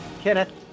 Kenneth